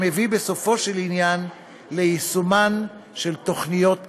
שמביא בסופו של עניין ליישום תוכניות מיושנות.